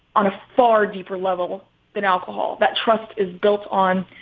on a far deeper level than alcohol. that trust is built on,